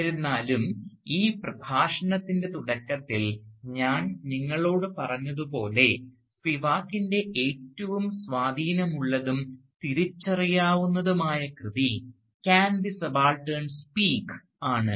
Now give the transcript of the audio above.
എന്നിരുന്നാലും ഈ പ്രഭാഷണത്തിൻറെ തുടക്കത്തിൽ ഞാൻ നിങ്ങളോട് പറഞ്ഞതുപോലെ സ്പിവാക്കിൻറെ ഏറ്റവും സ്വാധീനം ഉള്ളതും തിരിച്ചറിയാവുന്നതുമായ കൃതി "Can the Subaltern Speak" Can the Subaltern Speak ആണ്